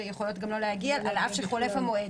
להסיר את ארבע הבדיקות המיותרות.